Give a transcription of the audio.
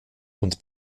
und